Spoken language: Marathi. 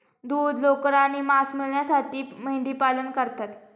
दूध, लोकर आणि मांस मिळविण्यासाठी मेंढीपालन करतात